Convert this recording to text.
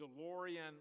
DeLorean